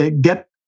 Get